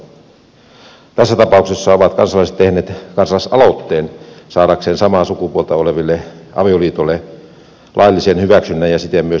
tässä tapauksessa ovat kansalaiset tehneet kansalaisaloitteen saadakseen samaa sukupuolta olevien avioliitoille laillisen hyväksynnän ja siten myös yhdenvertaisen kohtelun